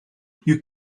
you